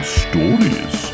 stories